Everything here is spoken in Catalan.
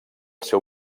seu